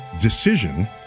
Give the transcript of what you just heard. decision